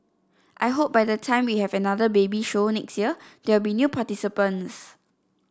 I hope by the time we have another baby show next year there will be new participants